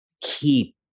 keep